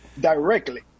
directly